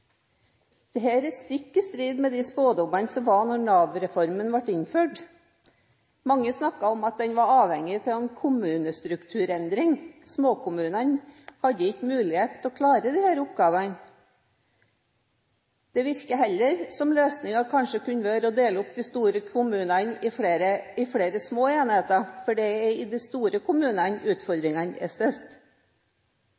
er stikk i strid med spådommene da Nav-reformen ble innført. Mange snakket om at reformen var avhengig av en kommunestrukturendring. Småkommunene hadde ikke mulighet til å klare disse oppgavene. Nå virker det heller som om løsningen kanskje kunne være å dele opp de store kommunene i flere små enheter, for det er i de store kommunene